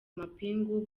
amapingu